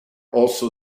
also